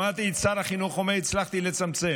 שמעתי את שר החינוך אומר: הצלחתי לצמצם.